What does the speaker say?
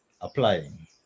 applying